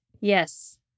Yes